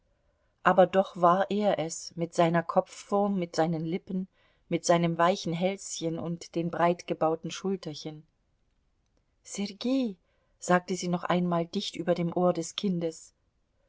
aber doch war er es mit seiner kopfform mit seinen lippen mit seinem weichen hälschen und den breitgebauten schulterchen sergei sagte sie noch einmal dicht über dem ohr des kindes